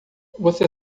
você